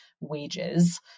wages